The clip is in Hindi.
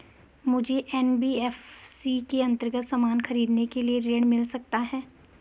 मुझे एन.बी.एफ.सी के अन्तर्गत सामान खरीदने के लिए ऋण मिल सकता है?